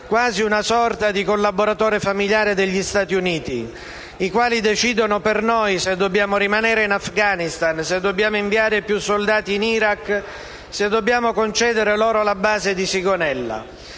quasi una sorta di collaboratore familiare degli Stati Uniti, i quali decidono per noi se dobbiamo rimanere in Afghanistan, se dobbiamo inviare più soldati in Iraq, se dobbiamo concedere loro la base di Sigonella.